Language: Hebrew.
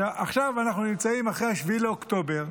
עכשיו אנחנו נמצאים אחרי 7 באוקטובר,